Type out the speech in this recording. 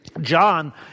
John